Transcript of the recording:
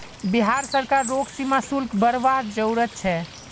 बिहार सरकार रोग सीमा शुल्क बरवार जरूरत छे